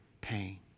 pain